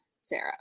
Sarah